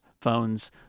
phones